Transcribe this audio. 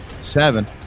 seven